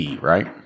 right